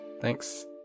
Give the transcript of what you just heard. thanks